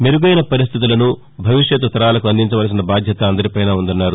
మెరుగైన పరిస్టితులను భవిష్యత్ తరాలకు అందించవలసిన బాధ్యత అందరిపైన ఉందన్నారు